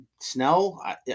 Snell